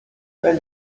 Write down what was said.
when